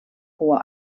hohe